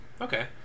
Okay